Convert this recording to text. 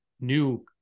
new